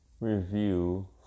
review